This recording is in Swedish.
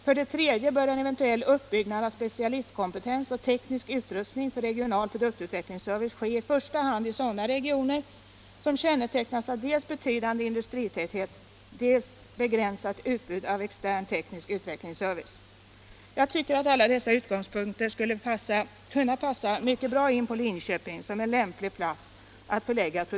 —-—-—- För det tredje bör en eventuell uppbyggnad av specialistkompetens och teknisk utrustning för regional produktutvecklingsservice ske i första hand i sådana regioner som kännetecknas av dels betydande industritäthet, dels begränsat utbud av extern teknisk utvecklingsservice.” Jag tycker att alla dessa utgångspunkter när det gäller att förlägga ett produktutvecklingscentrum passar mycket bra in på Linköping som en lämplig plats.